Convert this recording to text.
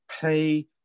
pay